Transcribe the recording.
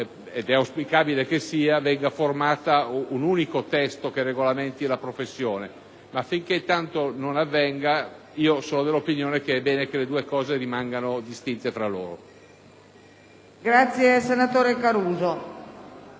è auspicabile che sia, verrà formato un testo unico che regolamenti la professione, ma fintanto che ciò non avvenga sono dell'opinione che è bene che le due norme rimangano distinte tra loro.